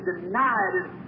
denied